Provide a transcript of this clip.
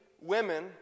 women